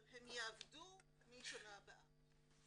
אבל הן יעבדו מהשנה הבאה.